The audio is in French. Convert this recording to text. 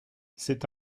c’est